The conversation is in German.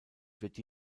wird